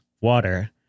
water